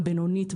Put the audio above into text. חברי כנסת,